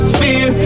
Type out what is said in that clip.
fear